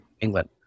England